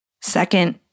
Second